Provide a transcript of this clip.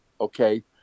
Okay